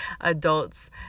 adults